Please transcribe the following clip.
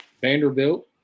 Vanderbilt